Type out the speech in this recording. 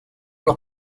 los